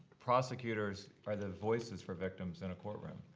prosecutors are the voices for victims in a courtroom.